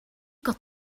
got